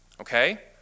okay